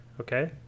Okay